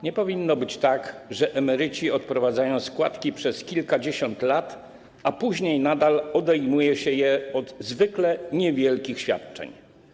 Nie powinno być tak, że emeryci odprowadzają składki przez kilkadziesiąt lat, a później nadal odejmuje się je od zwykle niewielkich świadczeń.